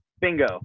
Bingo